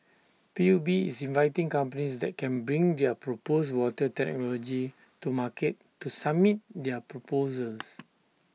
P U B is inviting companies that can bring their proposed water technology to market to submit their proposals